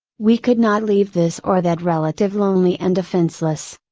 we could not leave this or that relative lonely and defenseless.